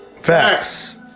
Facts